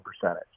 percentage